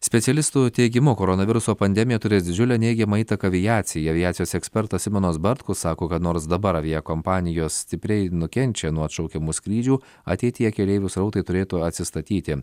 specialistų teigimu koronaviruso pandemija turės didžiulę neigiamą įtaką aviacijai aviacijos ekspertas simonas bartkus sako kad nors dabar aviakompanijos stipriai nukenčia nuo atšaukiamų skrydžių ateityje keleivių srautai turėtų atsistatyti